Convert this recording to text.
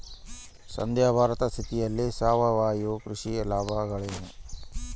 ಸದ್ಯ ಭಾರತದ ಸ್ಥಿತಿಯಲ್ಲಿ ಸಾವಯವ ಕೃಷಿಯ ಲಾಭಗಳೇನು?